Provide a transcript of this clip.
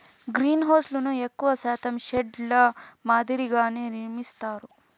గ్రీన్హౌస్లను ఎక్కువ శాతం షెడ్ ల మాదిరిగానే నిర్మిత్తారు